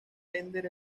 bender